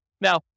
Now